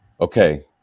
okay